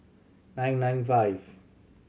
nine nine five